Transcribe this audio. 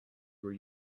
were